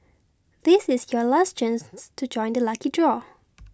this is your last chance to join the lucky draw